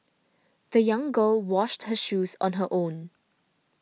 the young girl washed her shoes on her own